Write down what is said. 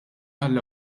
għall